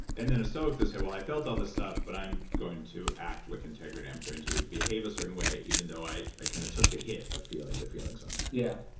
and then a stoic would say, well, i felt all this stuff, but i am going to act with integrity. i am going to behave a certain way, even though i i kind of took the hit of feeling the feelings on that. yeah